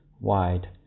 wide